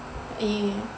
err